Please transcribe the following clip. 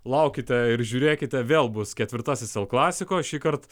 laukite ir žiūrėkite vėl bus ketvirtasis el klasiko šįkart